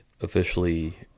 officially